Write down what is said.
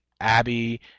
Abby